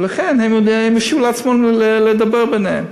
ולכן הם הרשו לעצמם לדבר ביניהם.